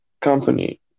company